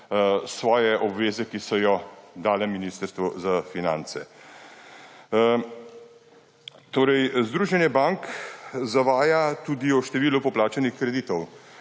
svoje obveze, ki so jo dale Ministrstvu za finance. Združenje bank zavaja tudi o številu poplačanih kreditov.